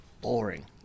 boring